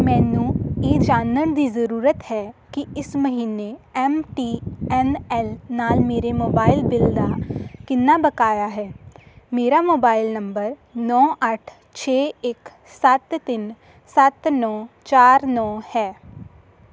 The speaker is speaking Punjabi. ਮੈਨੂੰ ਇਹ ਜਾਣਨ ਦੀ ਜ਼ਰੂਰਤ ਹੈ ਕਿ ਇਸ ਮਹੀਨੇ ਐੱਮ ਟੀ ਐੱਨ ਐੱਲ ਨਾਲ ਮੇਰੇ ਮੋਬਾਈਲ ਬਿੱਲ ਦਾ ਕਿੰਨਾ ਬਕਾਇਆ ਹੈ ਮੇਰਾ ਮੋਬਾਈਲ ਨੰਬਰ ਨੌਂ ਅੱਠ ਛੇ ਇੱਕ ਸੱਤ ਤਿੰਨ ਸੱਤ ਨੌਂ ਚਾਰ ਨੌਂ ਹੈ